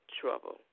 trouble